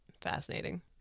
fascinating